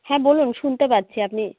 হ্যাঁ বলুন শুনতে পাচ্ছি আপনি